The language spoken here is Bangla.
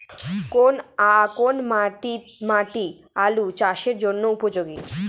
কোন মাটি আলু চাষের জন্যে উপযোগী?